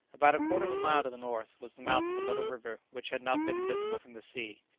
about a quarter of a mile to the north was the mouth of a little river which had not been visible from the sea.